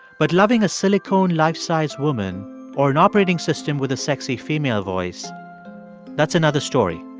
but loving a silicone, life-sized woman or an operating system with a sexy female voice that's another story.